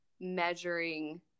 measuring